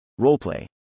roleplay